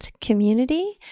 community